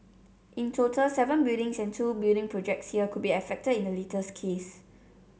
in total seven buildings and two building projects here could be affected in the latest case